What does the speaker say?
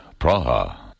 Praha